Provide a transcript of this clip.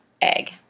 egg